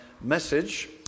message